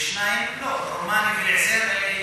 ושניים לא, אוקיי.